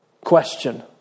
Question